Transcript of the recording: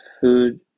food